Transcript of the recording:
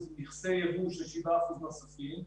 מכסי יבוא, של 7% נוספים.